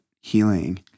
healing